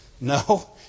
No